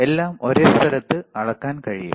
എല്ലാം ഒരേ സ്ഥലത്ത് അളക്കാൻ കഴിയും